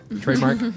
Trademark